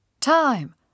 Time